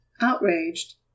Outraged